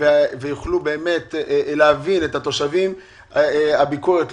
ויוכלו להבין את התושבים הביקורת היא